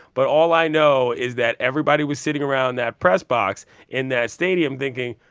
but all i know is that everybody was sitting around that press box in that stadium thinking,